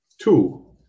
Two